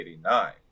1989